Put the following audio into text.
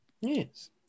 Yes